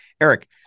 Eric